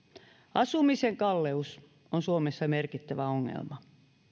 asumisen kalleus on suomessa merkittävä ongelma